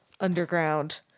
underground